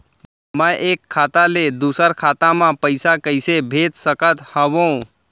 मैं एक खाता ले दूसर खाता मा पइसा कइसे भेज सकत हओं?